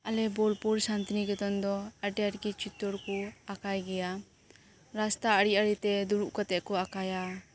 ᱟᱞᱮ ᱵᱳᱞᱯᱩᱨ ᱥᱟᱱᱛᱤᱱᱤᱠᱮᱛᱚᱱ ᱫᱚ ᱟᱹᱰᱤ ᱟᱸᱴᱜᱮ ᱪᱤᱛᱟᱹᱨ ᱠᱚ ᱟᱸᱠᱟᱣ ᱜᱮᱭᱟ ᱨᱟᱥᱛᱟ ᱟᱲᱮ ᱟᱲᱮᱛᱮ ᱫᱩᱲᱩᱵ ᱠᱟᱛᱮᱠᱚ ᱟᱠᱟᱣᱟ